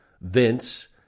Vince